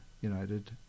United